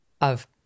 of-